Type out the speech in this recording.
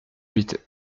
huit